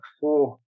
four